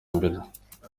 mbere